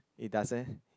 it doesn't